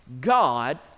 God